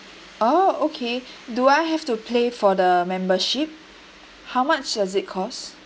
oh okay do I have to pay for the membership how much does it cost